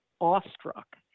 awestruck